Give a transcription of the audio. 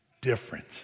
different